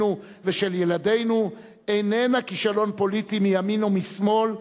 ושל ילדינו איננה כישלון פוליטי מימין ומשמאל,